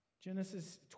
Genesis